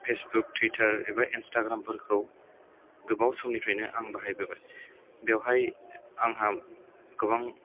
Facebook थुइथार एबा Instagram फोरखौ गोबाव समनिफ्रायनो आं बाहायबोबाय बेवहाय आंहा गोबां